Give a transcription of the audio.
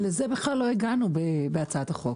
לזה בכלל לא הגענו בהצעת החוק.